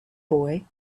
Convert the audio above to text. boy